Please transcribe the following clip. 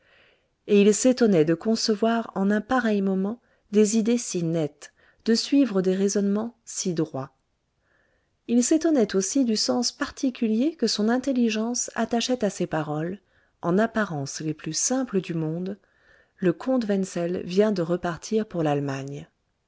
et il s'étonnait de concevoir en un pareil moment des idées si nettes de suivre des raisonnements si droits il s'étonnait aussi du sens particulier que son intelligence attachait à ces paroles en apparence les plus simples du monde le comte wenzel vient de repartir pour l'allemagne